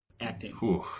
acting